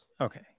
Okay